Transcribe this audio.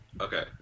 Okay